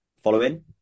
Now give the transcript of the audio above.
Following